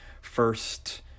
first